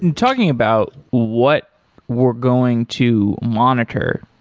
and talking about what we're going to monitor,